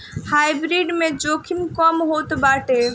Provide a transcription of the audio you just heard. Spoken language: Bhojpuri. हाइब्रिड में जोखिम कम होत बाटे